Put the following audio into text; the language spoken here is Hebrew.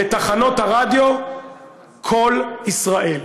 לתחנות הרדיו "קול ישראל",